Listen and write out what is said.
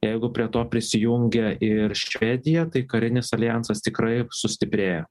jeigu prie to prisijungia ir švedija tai karinis aljansas tikrai sustiprėja